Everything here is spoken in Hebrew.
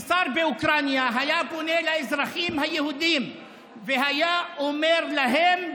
תתארו לעצמכם ששר באוקראינה היה פונה לאזרחים היהודים והיה אומר להם: